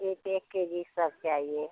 एक एक K G सब चाहिए